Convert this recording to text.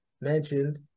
mentioned